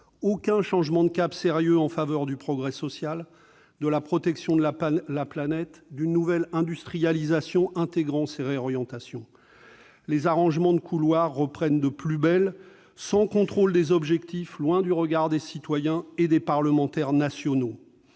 Aucun changement de cap sérieux en faveur du progrès social, de la protection de la planète ou d'une nouvelle industrialisation intégrant ces réorientations ! Les arrangements de couloirs reprennent de plus belle sans contrôle des objectifs, loin du regard des citoyens et des parlementaires nationaux.